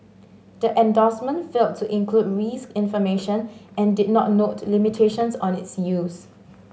the endorsement failed to include risk information and did not note limitations on its use